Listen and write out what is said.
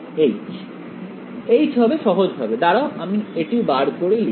H হবে সহজ ভাবে দাঁড়াও আমি এটা কি বার করে লিখি